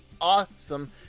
awesome